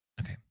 okay